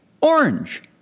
Orange